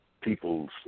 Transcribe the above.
peoples